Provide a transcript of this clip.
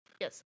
Yes